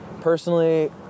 personally